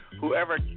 Whoever